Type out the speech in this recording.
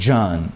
John